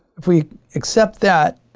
if we accept that,